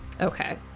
okay